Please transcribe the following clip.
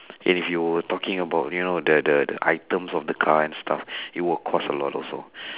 and if you were talking about you know the the the items of the car and stuff it will cost a lot also